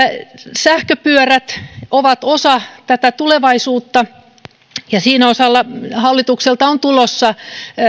sähköpyörät ovat osa tätä tulevaisuutta ja sen osalta hallitukselta on tulossa